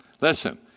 Listen